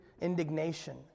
indignation